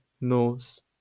knows